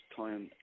time